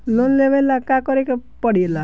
Loan लेबे ला का करे के पड़े ला?